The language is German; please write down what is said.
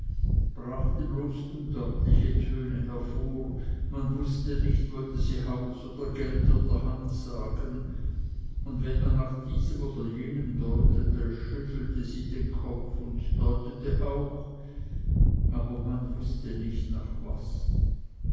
brachte bloß undeutliche töne hervor man wußte nicht wollte sie haus oder geld oder hand sagen und wenn man nach diesem oder jenem deutete schüttelte sie den kopf und deutete auch aber man wußte nicht nach was